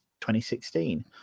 2016